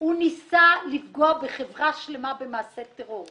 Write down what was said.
הוא ניסה לפגוע בחברה שלמה במעשה טרור.